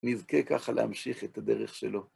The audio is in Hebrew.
נזכה ככה להמשיך את הדרך שלו.